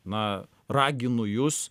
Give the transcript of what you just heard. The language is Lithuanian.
na raginu jus